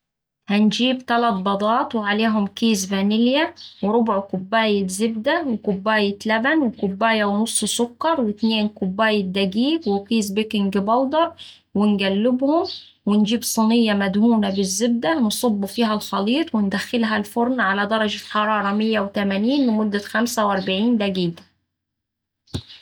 هنجيب 3 بيضات وعليهم كيس فانيليا وربع كوباية زبدة وكوباية لبن وكوباية ونص سكر واتنين كوباية دقيق وكيس بيكنج بودر ونقلبهم، ونجيب صينية مدهونة بالزبدة نصب فيها الخليط وندخلها الفرن على درجة حرارة مية وتمانين لمدة 45 دقيقة.